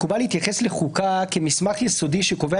מקובל להתייחס לחוקה כמסמך יסודי שקובע